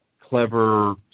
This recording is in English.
clever